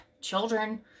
children